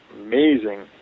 amazing